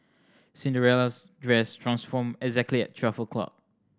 Cinderella's dress transformed exactly at twelve o'clock